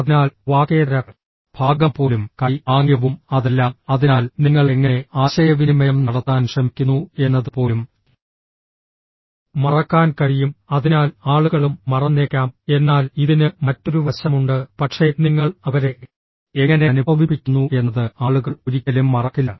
അതിനാൽ വാക്കേതര ഭാഗം പോലും കൈ ആംഗ്യവും അതെല്ലാം അതിനാൽ നിങ്ങൾ എങ്ങനെ ആശയവിനിമയം നടത്താൻ ശ്രമിക്കുന്നു എന്നത് പോലും മറക്കാൻ കഴിയും അതിനാൽ ആളുകളും മറന്നേക്കാം എന്നാൽ ഇതിന് മറ്റൊരു വശമുണ്ട് പക്ഷേ നിങ്ങൾ അവരെ എങ്ങനെ അനുഭവിപ്പിക്കുന്നു എന്നത് ആളുകൾ ഒരിക്കലും മറക്കില്ല